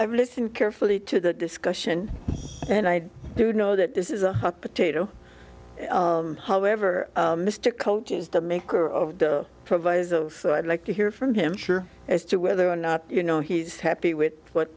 i've listened carefully to the discussion and i do know that this is a hot potato however mr coach is the maker of the proviso so i'd like to hear from him sure as to whether or not you know he's happy with what